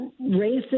racist